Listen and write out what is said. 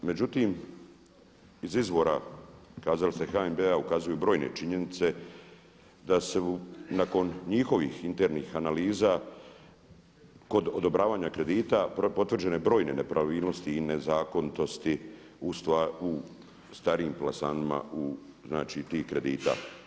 Međutim, iz izvora, kazali ste HNB-a ukazuju brojne činjenice da su nakon njihovih internih analiza kod odobravanja kredita potvrđene brojne nepravilnosti i nezakonitosti u starijim plasmanima znači tih kredita.